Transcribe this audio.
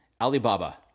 Alibaba